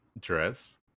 dress